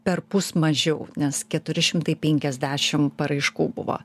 perpus mažiau nes keturi šimtai penkiasdešim paraiškų buvo